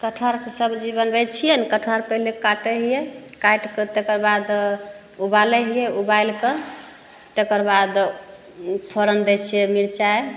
कटहरके सबजी बनबै छिए ने कटहर पहिले काटै हिए काटिके तकरबाद उबालै हिए उबालिके तकर बाद फोरन दै छिए मिरचाइ